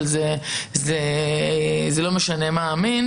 אבל זה לא משנה מה המין